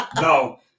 No